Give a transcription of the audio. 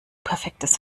perfektes